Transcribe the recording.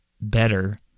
better